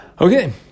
Okay